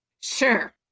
Sure